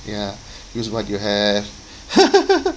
ya use what you have